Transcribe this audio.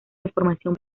información